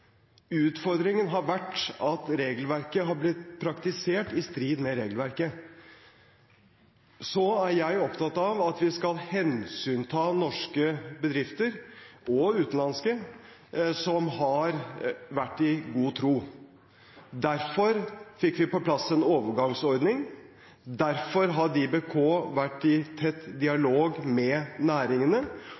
Utfordringen har vært at regelverket har blitt praktisert i strid med regelverket. Så er jeg opptatt av at vi skal hensynta norske bedrifter – og utenlandske – som har vært i god tro. Derfor fikk vi på plass en overgangsordning. Derfor har DiBK vært i tett dialog med næringene.